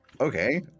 Okay